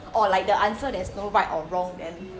or like the answer there's no right or wrong then